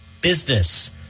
business